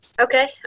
Okay